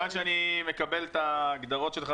כיוון שאני מקבל את ההגדרות שלך,